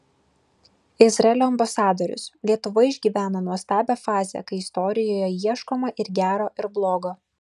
izraelio ambasadorius lietuva išgyvena nuostabią fazę kai istorijoje ieškoma ir gero ir blogo